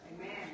Amen